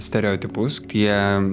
stereotipus tie